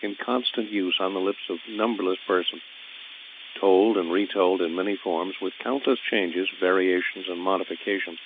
in constant use on the lips of numberless persons told and retold in many forms, with countless changes, variations, and modifications